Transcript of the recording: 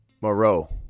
Moreau